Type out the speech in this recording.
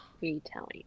retelling